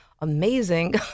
amazing